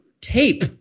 tape